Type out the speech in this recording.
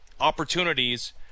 opportunities